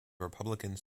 republicans